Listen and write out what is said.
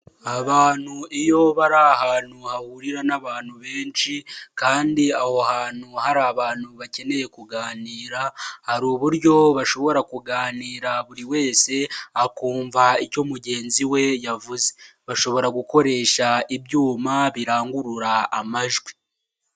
Abantu iyo bari ahantu hahurira n'abantu benshi kandi aho hantu hari abantu bakeneye kuganira hari uburyo bashobora kuganira buri wese akumva icyo mugenzi we yavuze, bashobora gukoresha ibyuma birangurura amajwi.